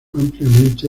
ampliamente